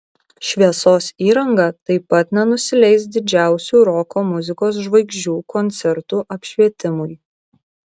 šviesos įranga taip pat nenusileis didžiausių roko muzikos žvaigždžių koncertų apšvietimui